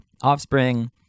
offspring